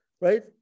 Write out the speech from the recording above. right